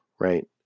right